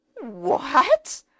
What